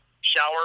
shower